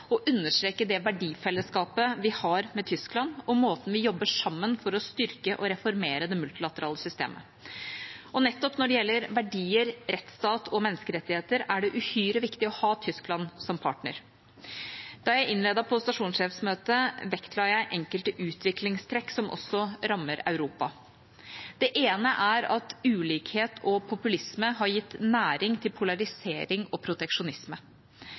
å understreke det verdifellesskapet vi har med Tyskland og måten vi jobber sammen på for å styrke og reformere det multilaterale systemet. Nettopp når det gjelder verdier, rettsstat og menneskerettigheter, er det uhyre viktig å ha Tyskland som partner. Da jeg innledet på stasjonssjefsmøtet, vektla jeg enkelte utviklingstrekk som også rammer Europa. Det ene er at ulikhet og populisme har gitt næring til polarisering og proteksjonisme.